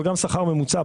אבל גם שכר ממוצע,